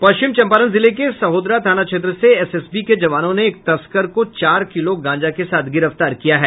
पश्चिम चंपारण जिले के सहोदरा थाना क्षेत्र से एसएसबी के जवानों ने एक तस्कर को चार किलो गांजा के साथ गिरफ्तार किया है